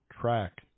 track